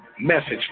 message